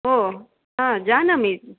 ओ हा जानामि